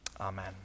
Amen